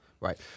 Right